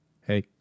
Hey